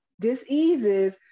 diseases